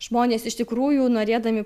žmonės iš tikrųjų norėdami